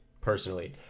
personally